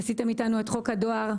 עשיתם אתנו את חוק הדואר.